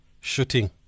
shooting